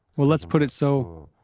well, let's put it so,